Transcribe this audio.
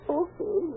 okay